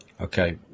okay